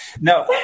No